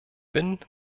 bin